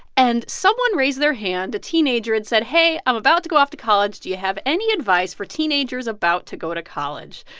and someone raised their hand, a teenager, and said, hey, i'm about to go off to college. do you have any advice for teenagers about to go to college?